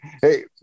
Hey